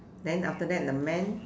then after that the man